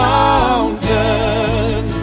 mountain